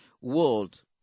world